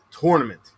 tournament